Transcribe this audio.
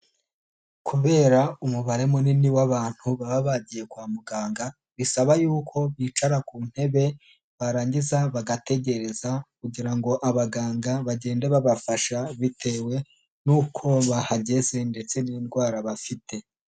Kubera umubare munini w'abantu baba bagiye kwa muganga bisaba y'uko bicara ku ntebe barangiza bagategereza kugira ngo abaganga bagende babafasha bitewe n'uko bahageze ndetse n'indwara bafite.